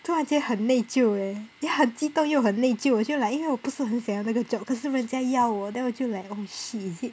突然间很内疚 eh 很激动又很内疚我就 like 因为我不是很想要那个 job 可是人家要我 then 我就 like oh shit is it